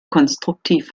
konstruktiv